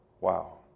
Wow